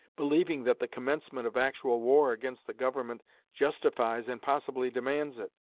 believing that the commencement of actual war against the government justifies and possibly demands it.